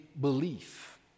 belief